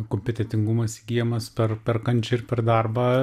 kompetentingumas įgyjamas per per kančią ir per darbą